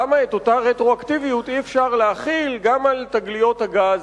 למה את אותה רטרואקטיביות אי-אפשר להחיל גם על תגליות הגז,